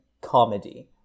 comedy